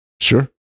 Sure